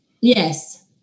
Yes